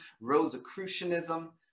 Rosicrucianism